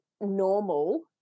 normal